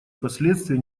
последствия